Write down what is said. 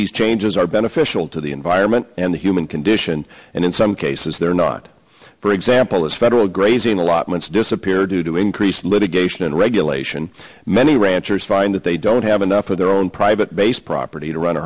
these changes are beneficial to the environment and the human condition and in some cases they're not for example as federal grazing allotments disappear due to increased litigation and regulation many ranchers find that they don't have enough of their own private base property to run a